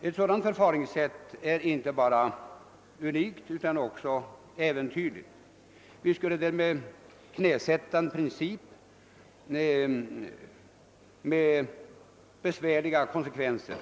Ett sådant förfaringssätt är inte bara unikt utan också äventyrligt. Vi skulle därmed knäsätta en princip, vilket skulle få besvärliga konsekvenser.